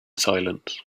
silence